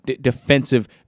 defensive